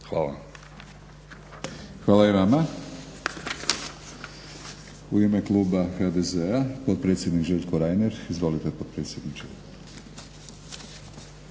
(HNS)** Hvala i vama. U ime kluba HDZ-a potpredsjednik Željko Reiner. Izvolite potpredsjedniče.